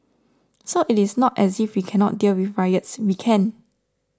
so it is not as if we cannot deal with riots we can